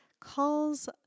calls